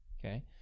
Okay